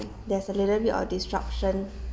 there's a little bit of disruption